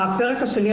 בפרק השני,